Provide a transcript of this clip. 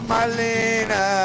Marlena